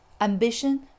ambition